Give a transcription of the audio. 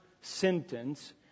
sentence